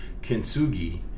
Kintsugi